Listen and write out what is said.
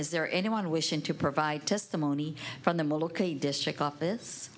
is there anyone wishing to provide testimony from the milk a district office